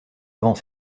avant